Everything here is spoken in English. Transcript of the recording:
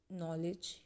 knowledge